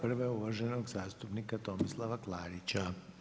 Prva je uvaženog zastupnika Tomislava Klarića.